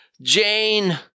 Jane